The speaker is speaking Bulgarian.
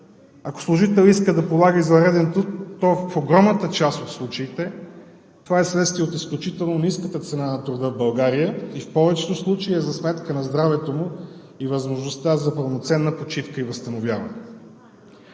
Ако служителят иска да полага извънреден труд, то в огромната част от случаите това е вследствие от изключително ниската цена на труда в България и в повечето случаи е за сметка на здравето му и възможността за пълноценна почивка и възстановяване.